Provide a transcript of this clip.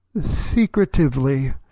secretively